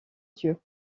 dieu